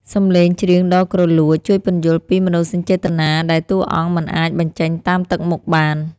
សំឡេងច្រៀងដ៏គ្រលួច ជួយពន្យល់ពីមនោសញ្ចេតនាដែលតួអង្គមិនអាចបញ្ចេញតាមទឹកមុខបាន។